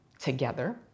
together